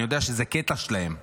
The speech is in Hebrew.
אני יודע שזה קטע שלהם,